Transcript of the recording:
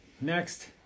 Next